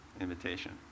Invitation